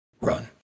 run